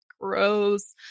gross